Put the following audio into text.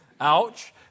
Ouch